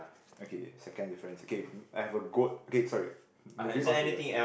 okay second difference okay I have a goat okay sorry ah moving on to the